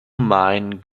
mein